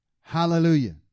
Hallelujah